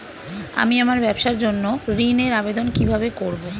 আমি আমার ব্যবসার জন্য ঋণ এর আবেদন কিভাবে করব?